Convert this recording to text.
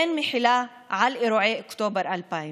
המוחלשים ופירורי הדמוקרטיה על מזבח ההון הגדול והכיבוש,